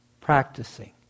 practicing